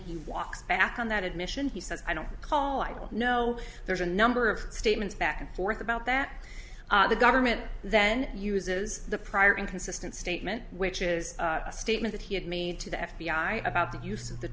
he walks back on that admission he says i don't recall i know there's a number of statements back and forth about that the government then uses the prior inconsistent statement which is a statement that he had made to the f b i about the use of the